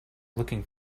looking